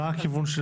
אבל מה הכיוון של